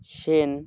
Sen